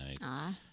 nice